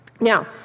Now